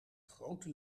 grote